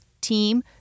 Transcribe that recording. team